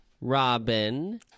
robin